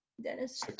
Dennis